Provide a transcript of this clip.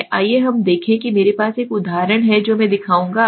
आइए हम देखें कि मेरे पास एक उदाहरण है जो मैं दिखाऊंगा आप